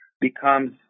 becomes